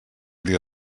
dir